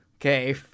okay